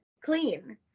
clean